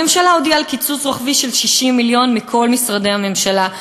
הממשלה הודיעה על קיצוץ רוחבי של 60 מיליון מכל משרדי הממשלה.